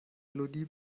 élodie